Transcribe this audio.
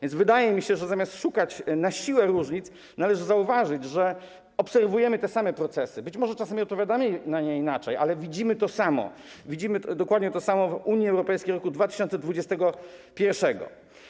Wydaje mi się, że zamiast szukać na siłę różnic, należy zauważyć, że obserwujemy te same procesy, być może czasami odpowiadamy na nie inaczej, ale widzimy to samo, dokładnie to samo w Unii Europejskiej roku 2021.